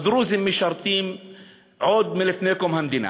שהדרוזים משרתים עוד מלפני קום המדינה.